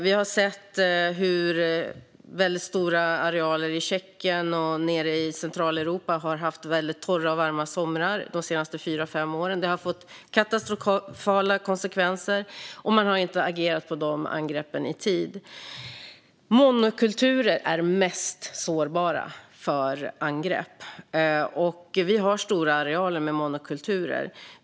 Vi har sett att stora arealer i Tjeckien och Centraleuropa har haft väldigt torra och varma somrar de senaste fyra fem åren. Det har fått katastrofala konsekvenser, och man har inte agerat på angreppen i tid. Monokulturer är mest sårbara för angrepp, och vi har stora arealer med monokulturer.